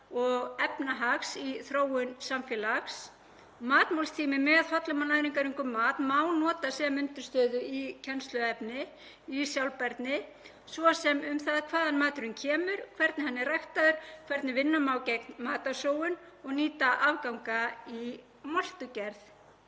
og efnahags í þróun samfélags. Matmálstíma með hollum og næringarríkum mat má nota sem undirstöðu í kennsluefni í sjálfbærni, svo sem um það hvaðan maturinn kemur, hvernig hann er ræktaður, hvernig vinna má gegn matarsóun og nýta afganga í moltugerð.